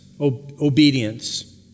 obedience